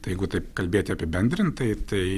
tai jeigu taip kalbėti apibendrintai tai